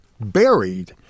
buried